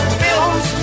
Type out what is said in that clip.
films